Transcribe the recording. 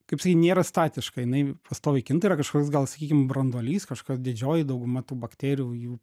kaip sakyt nėra statiška jinai pastoviai kinta yra kažkoks gal sakykim branduolys kažkokia didžioji dauguma tų bakterijų jų